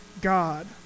God